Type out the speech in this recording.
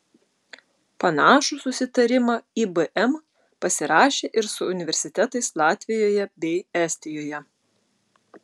panašų susitarimą ibm pasirašė ir su universitetais latvijoje bei estijoje